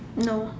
no